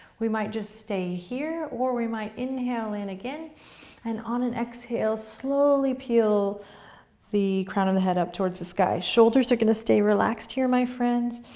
we might just stay here or we might inhale again and on an exhale slowly peel the crown of the head up towards the sky. shoulders are gonna stay relaxed here, my friends.